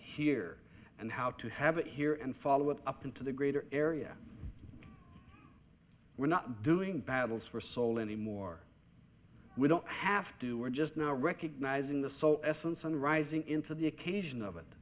here and how to have it here and follow it up into the greater area we're not doing battles for soul anymore we don't have to we're just now recognizing this so essence and rising into the occasion of it